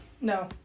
No